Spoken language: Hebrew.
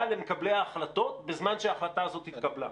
למקבלי ההחלטות בזמן שההחלטה הזאת התקבלה.